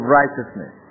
righteousness